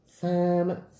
Sam